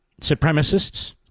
supremacists